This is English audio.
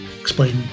explain